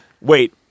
wait